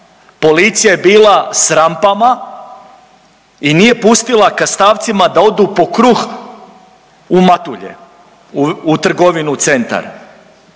Policija je bila s rampama i nije pustila Kastavcima da odu po kruh u Matulje u trgovinu u centar.